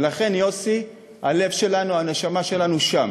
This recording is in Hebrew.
ולכן, יוסי, הלב שלנו, הנשמה שלנו שם,